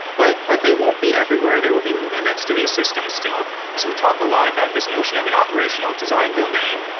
but but they won't be everywhere. there will be limits to these systems still. so we talked a lot about this notion of an operational design domain.